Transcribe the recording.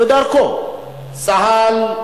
בדרכו, צה"ל,